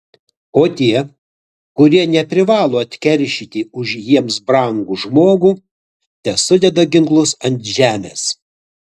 o tie kurie neprivalo atkeršyti už jiems brangų žmogų tesudeda ginklus ant žemės